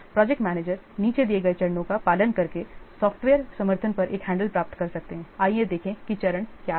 project manager नीचे दिए गए चरणों का पालन करके सॉफ़्टवेयर समर्थन पर एक हैंडल प्राप्त कर सकते हैं आइए देखें कि चरण क्या हैं